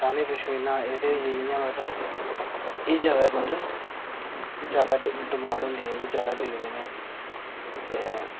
शामी पश्मीना एहदे होई गे जियां मतलब एह् ज्यादा मतलब ज्यादा डिमांड होंदी ऐ इंदी ज्यादा बिकदे न एह् ते